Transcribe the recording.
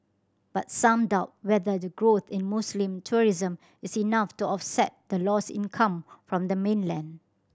but some doubt whether the growth in Muslim tourism is enough to offset the lost income from the mainland